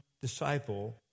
disciple